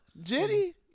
Jenny